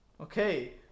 Okay